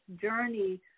journey